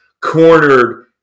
cornered